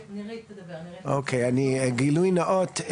אוקיי, גילוי נאות.